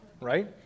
right